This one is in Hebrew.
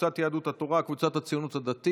קבוצת סיעת יהדות התורה וקבוצת סיעת הציונות הדתית.